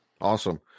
Awesome